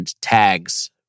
tags